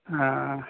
हँ